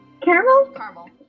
caramel